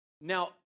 Now